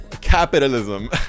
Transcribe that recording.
capitalism